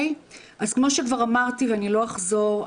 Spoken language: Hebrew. אז כמו שכבר אמרתי ולא אחזור,